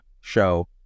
show